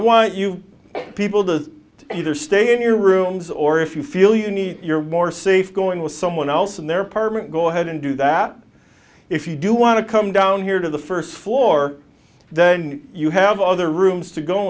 want you people to either stay in your rooms or if you feel you need your more safe going with someone else in their apartment go ahead and do that if you do want to come down here to the first floor then you have other rooms to go